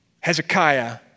Hezekiah